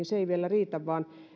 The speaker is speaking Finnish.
se ei vielä riitä vaan